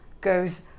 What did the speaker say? goes